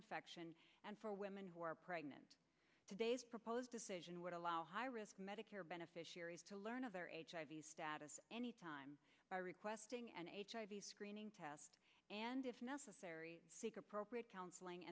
infection and for women who are pregnant today's proposed decision would allow high risk medicare beneficiaries to learn of hiv status any time by requesting an hiv screening test and if necessary seek appropriate counseling